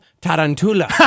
Tarantula